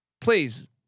please